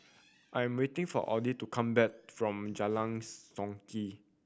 I am waiting for Audie to come back from Jalan Songket